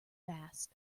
fast